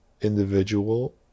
individual